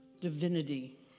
divinity